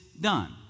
done